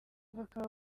bakaba